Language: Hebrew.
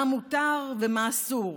מה מותר ומה אסור,